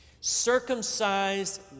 circumcised